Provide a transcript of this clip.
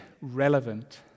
relevant